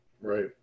right